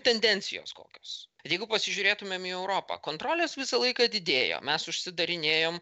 tendencijos kokios jeigu pasižiūrėtumėm į europą kontrolės visą laiką didėjo mes užsidarinėjom